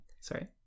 Sorry